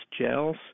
gels